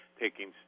taking